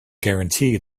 guarantee